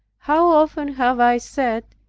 how often have i said,